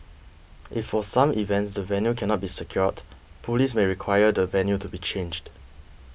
if for some events the venue cannot be secured police may require the venue to be changed